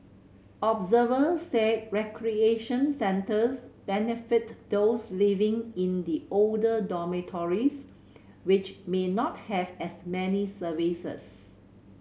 observers said recreation centres benefit those living in the older dormitories which may not have as many services